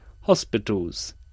hospitals